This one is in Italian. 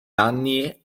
anni